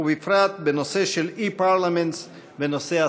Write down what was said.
ובפרט בנושא של E-Parliaments ונושא הסייבר.